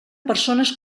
persones